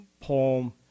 poem